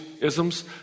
isms